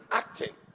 acting